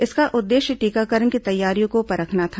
इसका उद्देश्य टीकाकरण की तैयारियों को परखना था